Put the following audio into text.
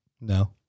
No